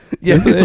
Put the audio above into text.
Yes